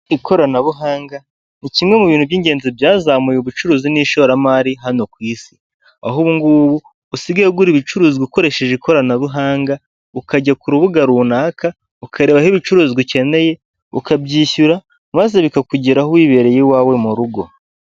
Ikoranabuhanga ni kimwe mu bintu by'ingenzi byazamuye ubucuruzi n'ishoramari hano ku isi. Aho ubungubu usigage ugura ibicuruzwa ukoresheje ikoranabuhanga, ukajya ku rubuga runaka, ukarebaho ibicuruzwa ukeneye, ukabyishyura, maze bikakugeraho wibereye iwawe mu rugo.